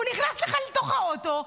הוא נכנס לך לתוך האוטו,